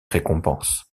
récompenses